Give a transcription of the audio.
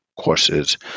courses